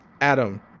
Adam